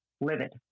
livid